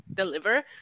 deliver